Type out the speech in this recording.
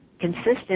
consistent